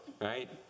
Right